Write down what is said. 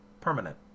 permanent